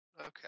Okay